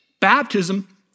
baptism